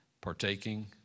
partaking